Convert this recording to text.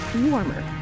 Warmer